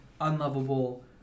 unlovable